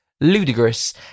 ludicrous